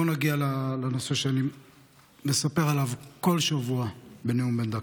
בואו נגיע לנושא שאני מספר עליו כל שבוע בנאום בן דקה.